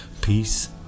Peace